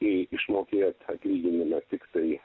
į išmokėtą atlyginimą tiktai